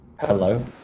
Hello